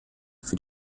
für